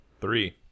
Three